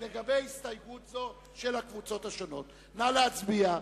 של קבוצת סיעת מרצ, קבוצת סיעת קדימה,